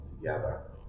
together